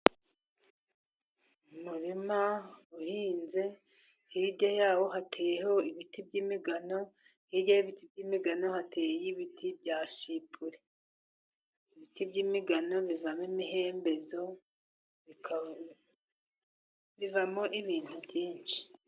Umurima uhinze, hirya yawo hateyeho ibiti by'imigano hirya y'ibiti by'imigano hateyeyo ibiti bya shipure. Ibiti by'imigano bivamo imihembezo, bivamo ibintu byinshi.